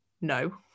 no